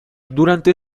durante